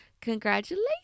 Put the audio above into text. congratulations